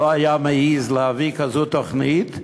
לא היה מעז להביא כזאת תוכנית,